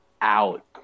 out